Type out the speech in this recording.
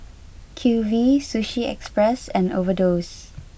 Q V Sushi Express and Overdose